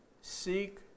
Seek